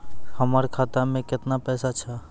हमर खाता मैं केतना पैसा छह?